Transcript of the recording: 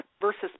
versus